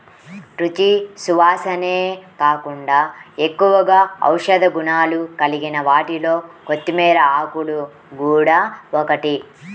రుచి, సువాసనే కాకుండా ఎక్కువగా ఔషధ గుణాలు కలిగిన వాటిలో కొత్తిమీర ఆకులు గూడా ఒకటి